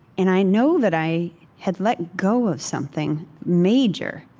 and i know that i had let go of something major.